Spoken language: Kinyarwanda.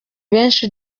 benshi